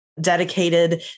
dedicated